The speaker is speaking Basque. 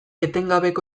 etengabeko